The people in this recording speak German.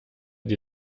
die